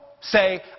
Say